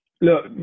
Look